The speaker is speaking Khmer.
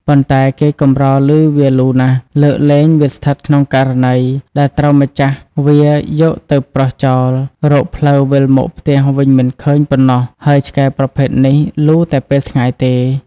ប៉ុន្តែ គេកម្រឮវាលូណាស់លើកលែងតែស្ថិតក្នុងករណី ដែលត្រូវម្ចាស់វាយកទៅប្រោសចោល រកផ្លូវវិលមកផ្ទះវិញមិនឃើញប៉ុណ្ណោះ ហើយឆ្កែប្រភេទនេះលូតែពេលថ្ងៃទេ។